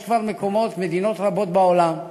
יש כבר מדינות רבות בעולם.